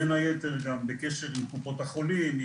בין היתר גם בקשר עם קופות החולים.